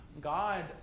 God